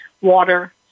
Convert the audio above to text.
water